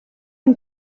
энэ